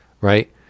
right